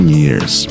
years